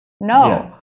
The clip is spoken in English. no